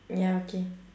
ya okay